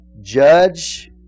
judge